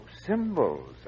symbols